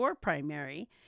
primary